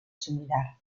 similar